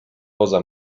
poza